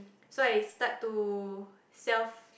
so I start to self